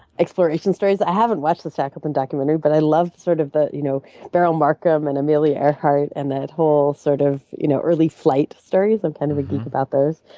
explorations stories. i haven't watched the shackleton documentary but i love sort of the you know beryl markham and amelia earhart and that whole sort of you know early flight stories. i'm kind of a geek about those.